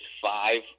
five